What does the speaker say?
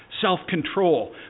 self-control